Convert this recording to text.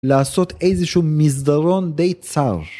לעשות איזשהו מסדרון די צר.